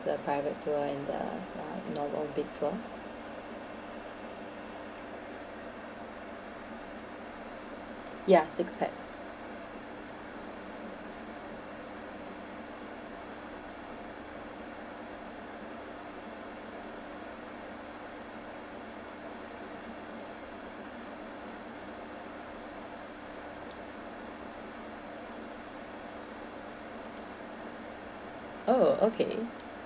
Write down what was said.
the private tour and the uh normal big tour ya six pax oh okay